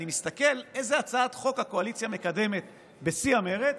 אני מסתכל איזו הצעת חוק הקואליציה מקדמת בשיא המרץ,